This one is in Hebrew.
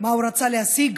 מה הוא רצה להשיג